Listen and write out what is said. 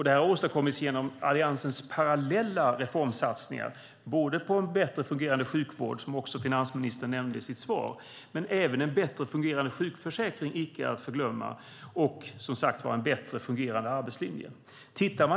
Det har åstadkommits genom Alliansens parallella reformsatsningar på en bättre fungerande sjukvård - som finansministern nämnde - en bättre fungerande sjukförsäkring och en bättre fungerande arbetslinje.